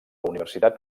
universitat